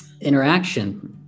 interaction